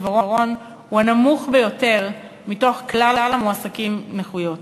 עיוורון הוא הנמוך ביותר מכלל המועסקים עם נכויות